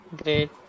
great